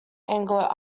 anglo